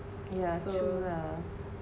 yeah true lah